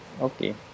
Okay